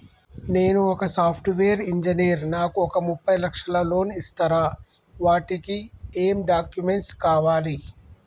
నేను ఒక software engineer నాకు ఒక ముప్పై లక్షల లోన్ ఇస్తరా? వాటికి ఏం డాక్యుమెంట్స్ కావాలి?